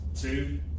Two